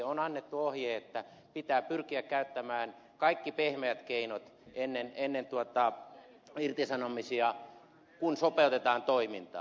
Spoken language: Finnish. on annettu ohje että pitää pyrkiä käyttämään kaikki pehmeät keinot ennen irtisanomisia kun sopeutetaan toimintaa